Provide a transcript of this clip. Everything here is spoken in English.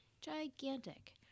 gigantic